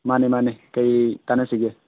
ꯃꯥꯅꯤ ꯃꯥꯅꯤ ꯀꯔꯤ ꯇꯥꯟꯅꯁꯤꯒꯦ